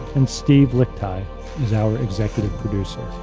and steve lickteig is our executive producer.